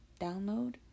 download